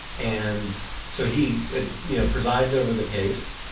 and so he ah yeah presides over the case.